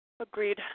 Agreed